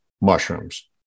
mushrooms